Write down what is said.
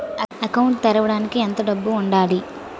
Account తెరవడానికి ఎంత డబ్బు ఉండాలి?